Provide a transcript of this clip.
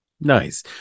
Nice